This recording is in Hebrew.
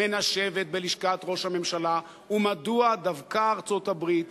מנשבת בלשכת ראש הממשלה ומדוע דווקא ארצות-הברית